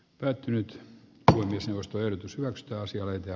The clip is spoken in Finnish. päättynyt palomies nostoyritys mazda asioita